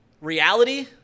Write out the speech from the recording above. reality